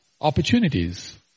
opportunities